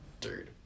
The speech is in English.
dude